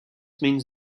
means